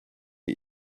wie